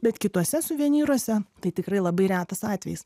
bet kituose suvenyruose tai tikrai labai retas atvejis